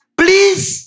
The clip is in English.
please